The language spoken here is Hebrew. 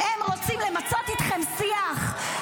הם רוצים למצות איתכם שיח.